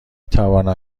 توانم